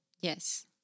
Yes